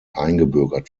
eingebürgert